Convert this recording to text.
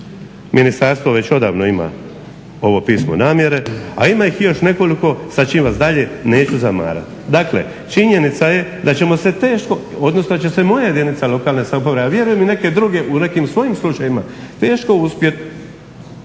Ministarstvo već odavno ima ovo pismo namjere, a ima ih još nekoliko sa čim vas dalje neću zamarati. Dakle, činjenica je da ćemo se teško, odnosno da će se moja jedinica lokalne samouprave a vjerujem i neke druge u nekim svojim slučajevima teško uspjeti